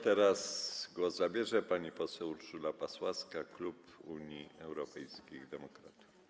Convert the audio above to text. Teraz głos zabierze pani poseł Urszula Pasławska, klub PSL - Unii Europejskich Demokratów.